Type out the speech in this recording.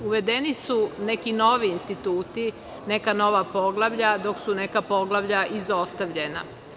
Uvedeni su neki novi instituti, neka nova poglavlja, dok su neka poglavlja izostavljena.